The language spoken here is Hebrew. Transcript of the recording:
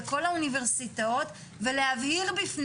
אני חושב שאנחנו צריכים להבין שיהיה מצב שהאוניברסיטאות לא יוכלו לתת